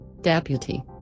Deputy